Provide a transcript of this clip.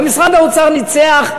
ומשרד האוצר ניצח.